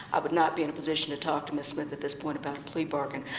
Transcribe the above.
would not be in a position to talk to ms. smith at this point about a plea bargain.